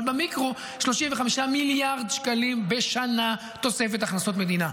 אבל במיקרו זה 35 מיליארד שקלים בשנה תוספת הכנסות מדינה.